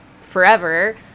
forever